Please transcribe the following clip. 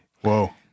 Whoa